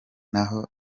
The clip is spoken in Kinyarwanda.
naho